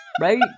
right